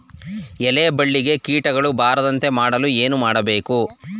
ಎಲೆ ಬಳ್ಳಿಗೆ ಕೀಟಗಳು ಬರದಂತೆ ಮಾಡಲು ಏನು ಮಾಡಬೇಕು?